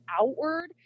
outward